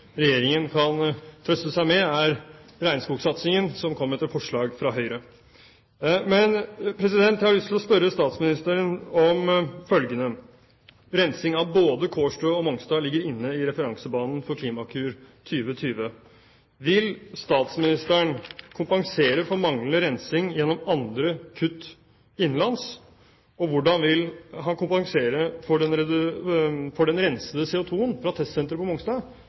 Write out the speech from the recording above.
Regjeringen kan trøste seg med, er regnskogsatsingen, som kom etter forslag fra Høyre. Men jeg har lyst til å spørre statsministeren om følgende: Rensing av både Kårstø og Mongstad ligger inne i referansebanen for Klimakur 2020. Vil statsministeren kompensere for manglende rensing gjennom andre kutt innenlands? Og hvordan vil han kompensere for den rensede CO2 fra testsenteret på Mongstad,